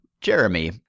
Jeremy